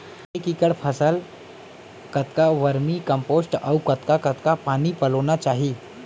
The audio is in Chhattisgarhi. एक एकड़ फसल कतका वर्मीकम्पोस्ट अऊ कतका कतका पानी पलोना चाही?